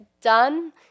done